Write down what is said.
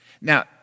Now